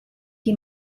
qui